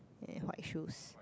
and white shoes